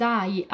Dai